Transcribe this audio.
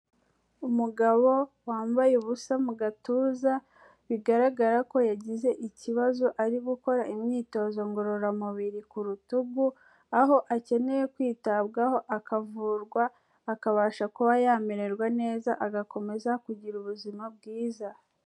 Umugabo wambaye ubusa mu gatuza, bigaragara ko yagize ikibazo, ari gukora imyitozo ngororamubiri ku rutugu, aho akeneye kwitabwaho akavurwa; akabasha kuba yamererwa neza, agakomeza kugira ubuzima bwiza.